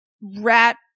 rat